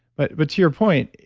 but but to your point,